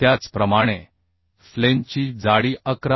त्याचप्रमाणे फ्लेंजची जाडी 11